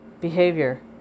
behavior